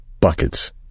buckets